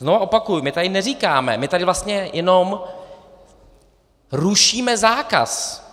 Znova opakuji, my tady neříkáme, my tady vlastně jenom rušíme zákaz.